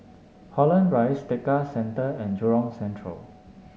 Holland Rise Tekka Centre and Jurong Central